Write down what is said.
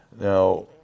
Now